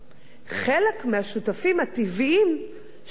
חלק מהשותפים הטבעיים שלכם,